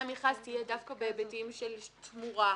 המכרז תהיה דווקא בהיבטים של תמורה,